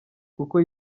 kuko